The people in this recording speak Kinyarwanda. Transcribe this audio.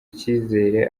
icyizere